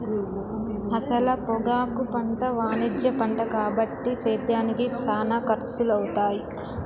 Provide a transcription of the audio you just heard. అసల పొగాకు పంట వాణిజ్య పంట కాబట్టి సేద్యానికి సానా ఖర్సులవుతాయి